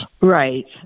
Right